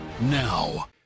now